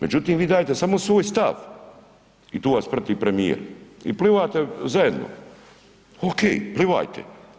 Međutim vi dajete samo svoj stav i tu vas prati premijer i plivate zajedno, ok plivajte.